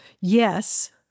Yes